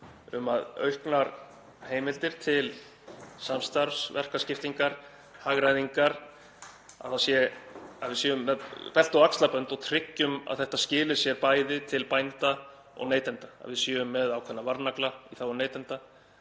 um, um auknar heimildir til samstarfs, verkaskiptingar og hagræðingar, að við séum með belti og axlabönd og tryggjum að þetta skili sér bæði til bænda og neytenda, að við séum með ákveðna varnagla í þágu neytenda